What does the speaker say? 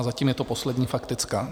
Zatím je to poslední faktická.